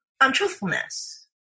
untruthfulness